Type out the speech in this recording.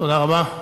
תודה רבה.